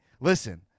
listen